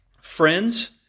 friends